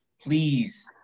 Please